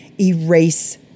Erase